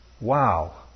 Wow